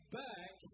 back